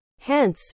Hence